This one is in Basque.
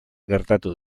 gertatu